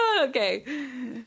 Okay